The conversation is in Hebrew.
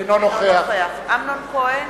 - אינו נוכח אמנון כהן